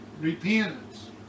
repentance